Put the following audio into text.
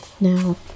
Now